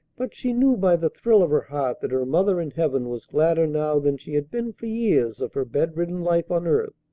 but she knew by the thrill of her heart that her mother in heaven was gladder now than she had been for years of her bedridden life on earth,